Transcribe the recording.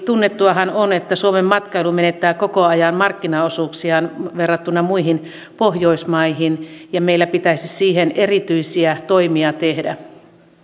tunnettuahan on että suomen matkailu menettää koko ajan markkinaosuuksiaan verrattuna muihin pohjoismaihin ja meillä pitäisi siihen erityisiä toimia tehdä